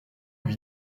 lui